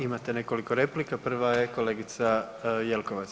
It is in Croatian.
Imate nekoliko replika prva je kolegica Jelkovac.